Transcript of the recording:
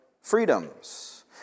freedoms